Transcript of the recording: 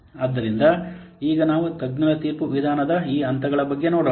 ಆದ್ದರಿಂದ ಈಗ ನಾವು ತಜ್ಞರ ತೀರ್ಪು ವಿಧಾನದ ಈ ಹಂತಗಳ ಬಗ್ಗೆ ನೋಡೋಣ